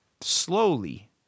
slowly